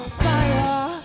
fire